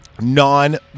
non